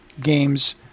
games